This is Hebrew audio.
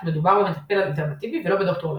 כי מדובר במטפל אלטרנטיבי ולא בדוקטור לרפואה.